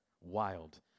Wild